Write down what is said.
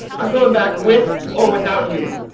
i'm going back with or without you.